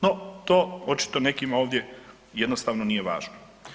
No, to očito nekima ovdje jednostavno nije važno.